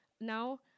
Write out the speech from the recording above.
now